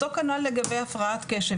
אותו דבר לגבי הפרעת קשב,